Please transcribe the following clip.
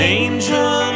angel